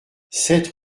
sept